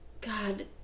God